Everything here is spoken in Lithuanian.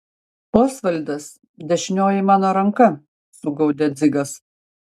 osvaldas dešinioji mano ranka sugaudė dzigas